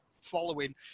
following